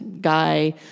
guy